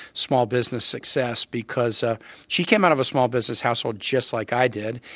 small business success, because ah she came out of a small business household just like i did,